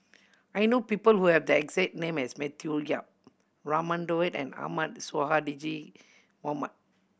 I know people who have the exact name as Matthew Yap Raman Daud and Ahmad Sonhadji Mohamad